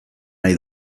nahi